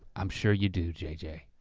i'm sure you do, j j.